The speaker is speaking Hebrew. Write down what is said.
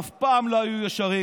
אף פעם הם לא היו ישרים,